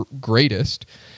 greatest